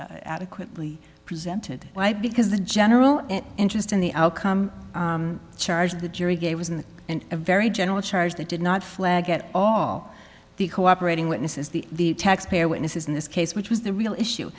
e adequately presented why because the general interest in the outcome charged the jury gave was in the end a very general charge that did not flag at all the cooperating witnesses the taxpayer witnesses in this case which was the real issue